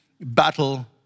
battle